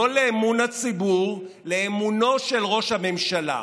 לא לאמון הציבור, לאמונו של ראש הממשלה.